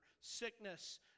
sickness